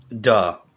duh